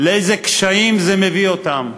לאיזה קשיים זה מביא אותם.